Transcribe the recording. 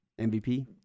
MVP